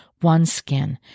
OneSkin